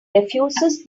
refuses